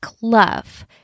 love